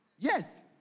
Yes